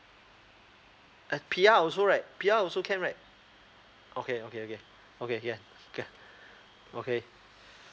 uh P_R also right P_R also can right okay okay okay okay yeah ya okay